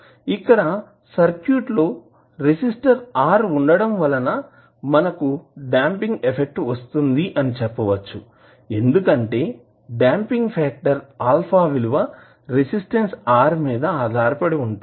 ఇక్కడ సర్క్యూట్ లో resistor R ఉండటం వలన మనకు డాంపింగ్ ఎఫెక్ట్ వస్తుంది అని చెప్పవచ్చు ఎందుకంటే డాంపింగ్ ఫాక్టర్ α విలువ రెసిస్టన్స్ R మీద ఆధారపడి ఉంటుంది